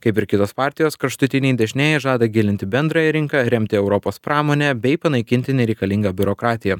kaip ir kitos partijos kraštutiniai dešinieji žada gilinti bendrąją rinką remti europos pramonę bei panaikinti nereikalingą biurokratiją